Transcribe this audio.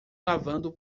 lavando